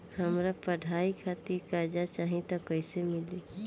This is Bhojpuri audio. हमरा पढ़ाई खातिर कर्जा चाही त कैसे मिली?